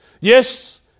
Yes